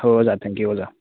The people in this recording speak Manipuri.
ꯍꯣ ꯍꯣꯏ ꯑꯣꯖꯥ ꯊꯦꯡꯀ꯭ꯌꯨ ꯑꯣꯖꯥ